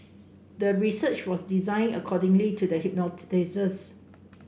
the research was designed accordingly to the